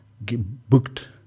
booked